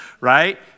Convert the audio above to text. right